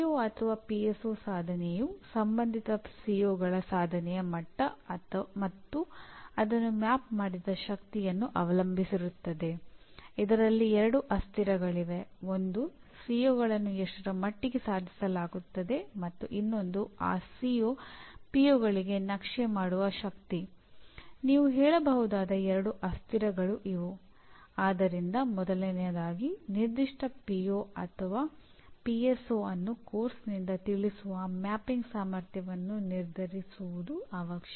PO ಅನ್ನು ಪಠ್ಯಕ್ರಮದಿಂದ ತಿಳಿಸುವ ಮ್ಯಾಪಿಂಗ್ ಸಾಮರ್ಥ್ಯವನ್ನು ನಿರ್ಧರಿಸುವುದು ಅವಶ್ಯಕ